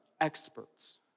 experts